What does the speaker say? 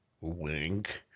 Wink